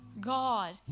God